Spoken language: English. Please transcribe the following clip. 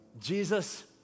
Jesus